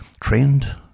Trained